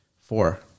Four